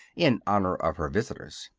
in honor of her visitors.